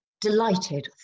delighted